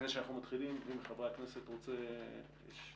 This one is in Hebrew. לפני שנתחיל, מישהו מחברי הכנסת רוצה לדבר?